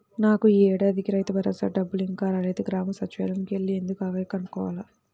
నాకు యీ ఏడాదికి రైతుభరోసా డబ్బులు ఇంకా రాలేదు, గ్రామ సచ్చివాలయానికి యెల్లి ఎందుకు ఆగాయో కనుక్కోవాల